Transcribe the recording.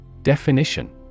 Definition